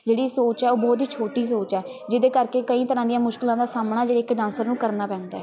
ਜਿਹੜੀ ਸੋਚ ਹੈ ਉਹ ਬਹੁਤ ਹੀ ਛੋਟੀ ਸੋਚ ਹੈ ਜਿਹਦੇ ਕਰਕੇ ਕਈ ਤਰ੍ਹਾਂ ਦੀਆਂ ਮੁਸ਼ਕਿਲਾਂ ਦਾ ਸਾਹਮਣਾ ਜਿਹੜੇ ਇੱਕ ਡਾਂਸਰ ਨੂੰ ਕਰਨਾ ਪੈਂਦਾ ਹੈ